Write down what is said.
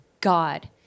God